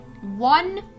one